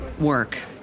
Work